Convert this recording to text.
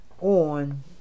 on